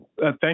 Thank